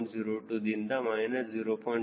02 ದಿಂದ ಮೈನಸ್ 0